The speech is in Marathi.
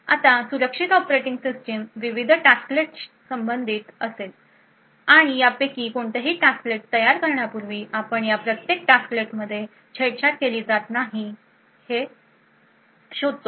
आता सुरक्षित ऑपरेटिंग सिस्टम विविध टास्कलेट्सशी संबंधित असेल आणि यापैकी कोणतेही टास्कलेट तयार करण्यापूर्वी आपण या प्रत्येक टास्कलेटमध्ये छेडछाड केली जात नाही हे शोधतो